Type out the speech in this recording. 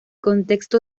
contexto